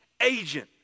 agent